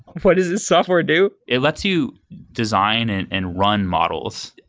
what does this software do? it lets you design and and run models.